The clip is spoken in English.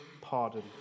pardon